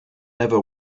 never